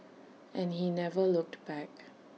and he never looked back